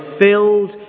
filled